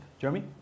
Jeremy